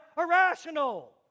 irrational